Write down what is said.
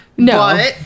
No